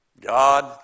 God